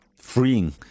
Freeing